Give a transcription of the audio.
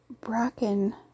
bracken